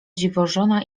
dziwożona